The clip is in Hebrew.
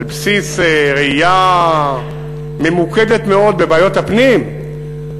על בסיס ראייה ממוקדת מאוד בבעיות הפנים,